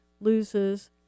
loses